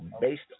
based